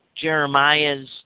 Jeremiah's